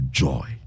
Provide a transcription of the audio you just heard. joy